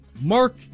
Mark